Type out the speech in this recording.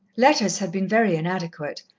letters had been very inadequate,